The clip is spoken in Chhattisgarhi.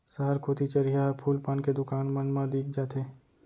सहर कोती चरिहा ह फूल पान के दुकान मन मा दिख जाथे